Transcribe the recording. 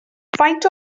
faint